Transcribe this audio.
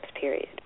period